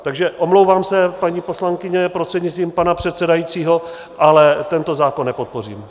Takže omlouvám se, paní poslankyně prostřednictvím pana předsedajícího, ale tento zákon nepodpořím.